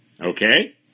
Okay